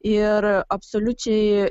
ir absoliučiai